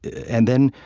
and then,